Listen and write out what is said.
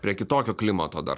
prie kitokio klimato dar